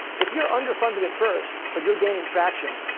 if you're underfunded at first but you're gaining traction,